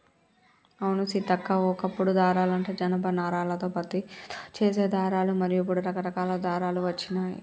అవును సీతక్క ఓ కప్పుడు దారాలంటే జనప నారాలతో పత్తితో చేసే దారాలు మరి ఇప్పుడు రకరకాల దారాలు వచ్చినాయి